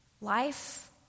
Life